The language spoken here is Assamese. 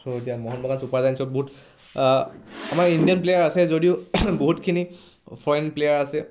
চ' এতিয়া মোহন বাগান চুপাৰ জায়েণ্টচৰ বহুত আমাৰ ইণ্ডিয়ান প্লেয়াৰ আছে যদিও বহুতখিনি ফৰেইন প্লেয়াৰ আছে